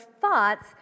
thoughts